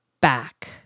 back